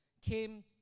came